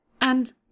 And